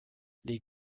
les